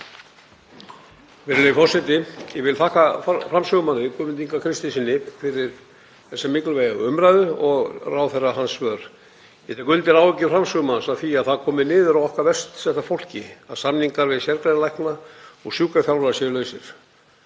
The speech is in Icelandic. Virðulegi forseti. Ég vil þakka framsögumanni, Guðmundi Inga Kristinssyni, fyrir þessa mikilvægu umræðu og ráðherra hans svör. Ég tek undir áhyggjur framsögumanns af því að það komi niður á okkar verst setta fólki að samningar við sérgreinalækna og sjúkraþjálfara séu lausir.